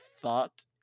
thought